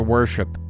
worship